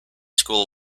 school